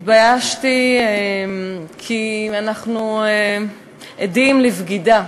התביישתי, כי אנחנו עדים לבגידה.